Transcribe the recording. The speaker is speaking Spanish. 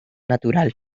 natural